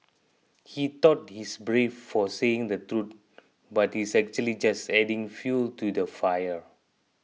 he thought he's brave for saying the truth but he's actually just adding fuel to the fire